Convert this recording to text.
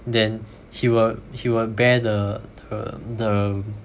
then he will he will bear the the th~